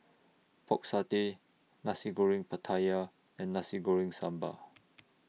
Pork Satay Nasi Goreng Pattaya and Nasi Goreng Sambal